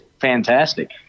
fantastic